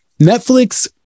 netflix